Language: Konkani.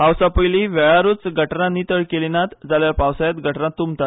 पावसा पयलीं वेळारूच गटारां नितळ केलीं नात जाल्यार पावसाळ्यांत गटारां तुंबतात